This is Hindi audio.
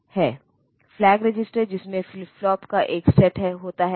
फ्लैग रजिस्टर जिसमें फ्लिप फ्लॉप का एक सेट होता है